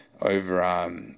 over